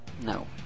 No